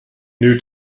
new